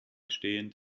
stehend